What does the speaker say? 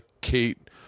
Kate